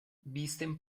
visten